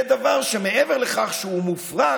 זה דבר שמעבר לכך שהוא מופרך,